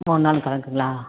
மூணு நாள் கணக்குங்களா